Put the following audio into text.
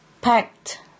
packed